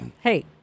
Hey